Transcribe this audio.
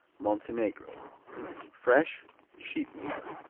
montenegro fresh sheep milk.